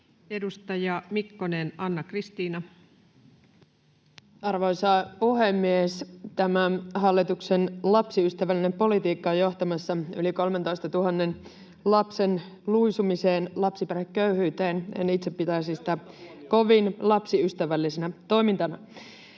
2024 Time: 18:26 Content: Arvoisa puhemies! Tämä hallituksen ”lapsiystävällinen” politiikka on johtamassa yli 13 000 lapsen luisumiseen lapsiperheköyhyyteen. En itse pitäisi sitä kovin lapsiystävällisenä toimintana.